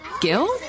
Gil